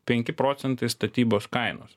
penki procentai statybos kainos